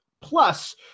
Plus